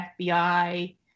FBI